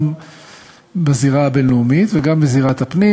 גם בזירה הבין-לאומית וגם בזירת הפנים.